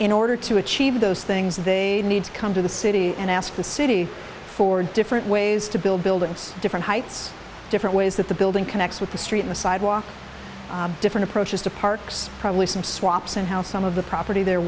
in order to achieve those things they need to come to the city and ask the city for different ways to build buildings different heights different ways that the building connects with the street the sidewalk different approaches to parks probably some swaps and how some of the property the